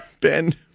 Ben